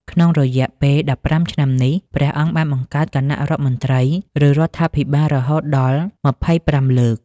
ក្នុងរយៈពេល ១៥ ឆ្នាំនេះ ព្រះអង្គបានបង្កើតគណៈរដ្ឋមន្ត្រី ឬរដ្ឋាភិបាលរហូតដល់ ២៥ លើក។